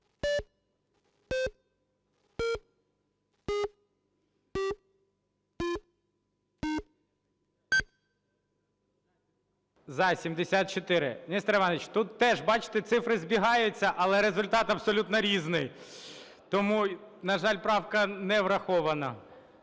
За-74 Нестор Іванович, тут теж, бачте, цифри збігаються, але результат абсолютно різний. Тому, на жаль, правка не врахована.